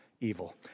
evil